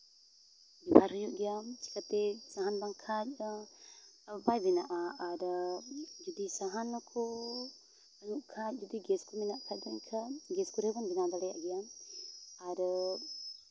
ᱵᱮᱣᱦᱟᱨ ᱦᱩᱭᱩᱜ ᱜᱮᱭᱟ ᱪᱮᱟᱛᱮ ᱥᱟᱦᱟᱱ ᱵᱟᱝᱠᱷᱟᱡ ᱵᱟᱭ ᱵᱮᱱᱟᱜᱼᱟ ᱟᱨ ᱡᱩᱫᱤ ᱥᱟᱦᱟᱱ ᱠᱚ ᱦᱩᱭᱩᱜ ᱠᱷᱟᱡ ᱡᱩᱫᱤ ᱜᱮᱥ ᱠᱚ ᱢᱮᱱᱟᱜ ᱠᱷᱟᱡ ᱫᱚ ᱮᱱᱠᱷᱟᱱ ᱜᱮᱥ ᱠᱚᱨᱮ ᱵᱚᱱ ᱵᱮᱱᱟᱣ ᱫᱟᱲᱮᱭᱟᱜ ᱜᱮᱭᱟ ᱟᱨ